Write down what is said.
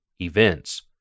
Events